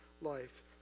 life